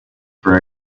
for